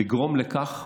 לגרום לכך